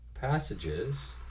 passages